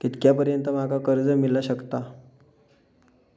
कितक्या पर्यंत माका कर्ज मिला शकता?